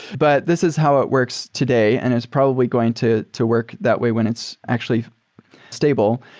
but this is how it works today and it's probably going to to work that way when it's actually stable.